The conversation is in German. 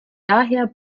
daher